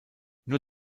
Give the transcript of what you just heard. nur